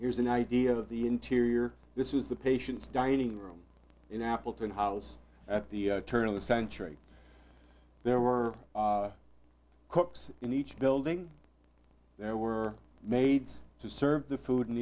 here's an idea of the interior this was the patient's dining room in appleton house at the turn of the century there were cooks in each building there were maids to serve the food in